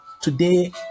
today